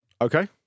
Okay